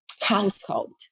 household